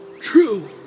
True